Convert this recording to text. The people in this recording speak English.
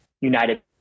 United